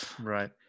right